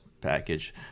package